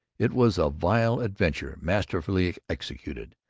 it was a virile adventure masterfully executed.